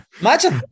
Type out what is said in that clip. Imagine